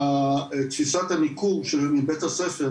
בתפיסת הניכור מבית הספר,